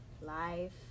life